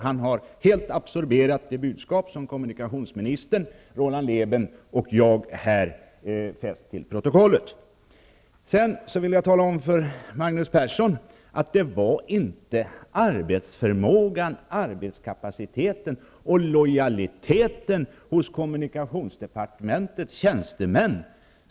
Han har helt absorberat det budskap som kommunikationsministern, Roland Lében och jag har fäst till protokollet. Sedan vill jag tala om för Magnus Persson att jag inte talade om arbetsförmågan, arbetskapaciteten och lojaliteten hos kommunikationsdepartementets tjänstemän.